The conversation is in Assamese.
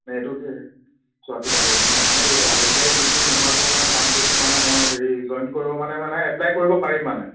এইটো দি চোৱা চিতা কৰিব ন মানে এইটো আই টি আই ডিগ্ৰী নোহোৱাকেও মানে কামটোত মানে মই হেৰি জইন কৰিব মানে মানে এপ্লাই কৰিব পাৰিম মানে